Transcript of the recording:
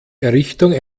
errichtung